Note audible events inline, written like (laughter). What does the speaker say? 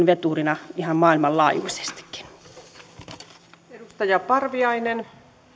(unintelligible) veturina ihan maailmanlaajuisestikin